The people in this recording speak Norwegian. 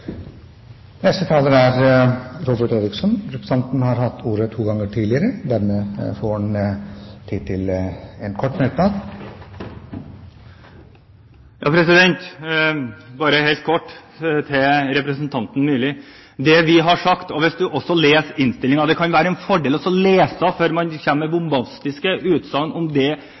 har hatt ordet to ganger tidligere og får ordet til en kort merknad, begrenset til 1 minutt. Bare helt kort til representanten Myrli. Det kan være en fordel å lese innstillingen før man kommer med bombastiske utsagn om at sånn og sånn er Fremskrittspartiets politikk. I våre merknader står det